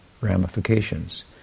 ramifications